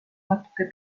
natuke